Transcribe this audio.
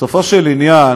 בסופו של עניין